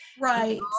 Right